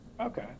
Okay